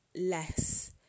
less